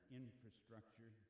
infrastructure